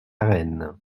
reine